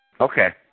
Okay